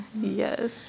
yes